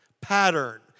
pattern